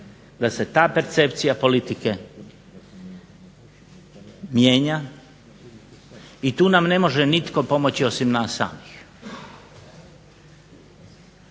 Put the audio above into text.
da se ta percepcija politike mijenja i tu nam ne može nitko pomoći osim nas samih.